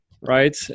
right